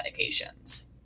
medications